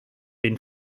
been